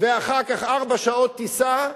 ואחר כך ארבע שעות טיסה.